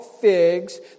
figs